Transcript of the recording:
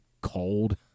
cold